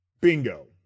Bingo